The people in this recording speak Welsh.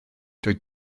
doedd